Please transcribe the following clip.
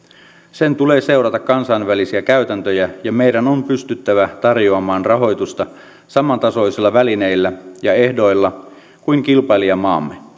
sen tulee seurata kansainvälisiä käytäntöjä ja meidän on pystyttävä tarjoamaan rahoitusta saman tasoisilla välineillä ja ehdoilla kuin kilpailijamaamme